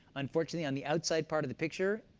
unfortunately, on the outside part of the picture,